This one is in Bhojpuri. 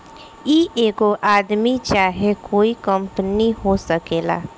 ई एगो आदमी चाहे कोइ कंपनी हो सकेला